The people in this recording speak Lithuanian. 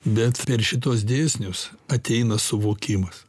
bet per šituos dėsnius ateina suvokimas